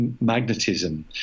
magnetism